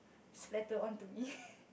splatter on to me